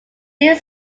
did